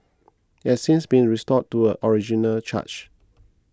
it has since been restored to a original charge